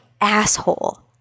asshole